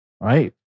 Right